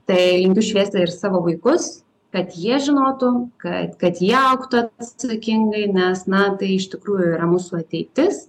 tai linkiu šviesti ir savo vaikus kad jie žinotų kad kad jie augtų atsakingai nes na tai iš tikrųjų yra mūsų ateitis